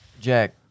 Jack